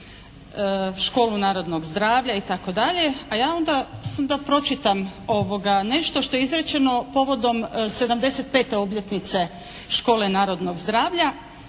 Školu narodnog zdravlja itd. a ja onda samo da pročitam nešto što je izrečeno povodom 75 obljetnice Škole narodnog zdravlja,